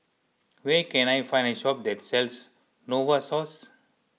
where can I find a shop that sells Novosource